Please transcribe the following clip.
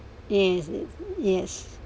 yes yes